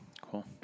cool